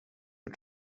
hur